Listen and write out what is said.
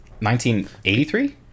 1983